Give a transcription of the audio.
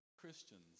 Christians